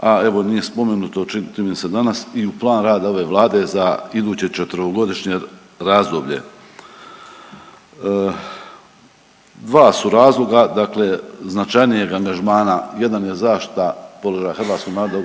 a evo nije spomenuto čini mi se danas i u plan rada ove Vlade za iduće četverogodišnje razdoblje. Dva su razloga. Dakle, značajnijeg angažmana, jedan je zaštita položaja hrvatskog naroda u